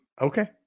Okay